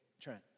Trent